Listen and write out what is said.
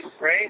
right